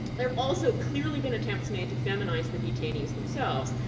there have also clearly been attempts made to feminize the detainees themselves,